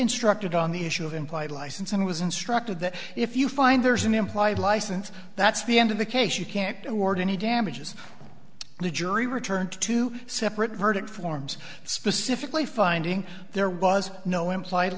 instructed on the issue of implied license and was instructed that if you find there's an implied license that's the end of the case you can't toward any damages the jury returned to two separate verdict forms specifically finding there was no implied